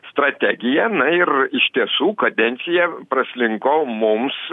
strategija na ir iš tiesų kadencija praslinko mums